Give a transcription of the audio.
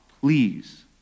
please